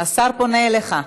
השר פונה אליך.